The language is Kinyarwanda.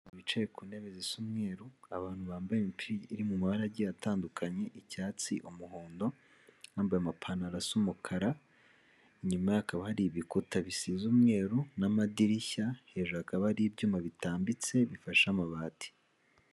Abantu bicaye ku ntebe zisa umweru, abantu bambaye imipira iri mu mabara agiye atandukanye, icyatsi, umuhondo, abambaye amapantaro asa umukara, inyuma yaho hakaba hari ibikuta bisize umweru n'amadirishya, hejuru hakaba hari ibyuma bitambitse bifashe amabati.